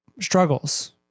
struggles